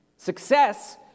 Success